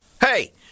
Hey